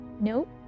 Nope